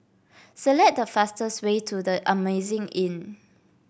select the fastest way to The Amazing Inn